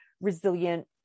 resilient